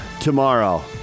tomorrow